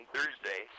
Thursday